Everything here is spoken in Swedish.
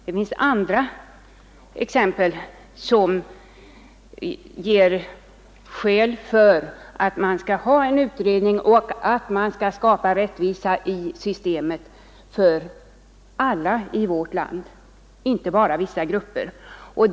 Det finns andra exempel som motiverar att man bör företa en utredning och att man bör skapa rättvisa i systemet för alla i vårt land, inte bara för vissa grupper.